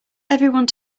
everyone